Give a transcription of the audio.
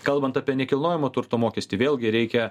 kalbant apie nekilnojamo turto mokestį vėlgi reikia